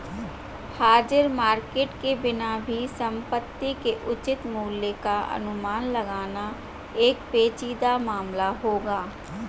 हाजिर मार्केट के बिना भी संपत्ति के उचित मूल्य का अनुमान लगाना एक पेचीदा मामला होगा